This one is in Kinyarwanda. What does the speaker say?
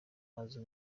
amazu